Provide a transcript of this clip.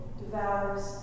devours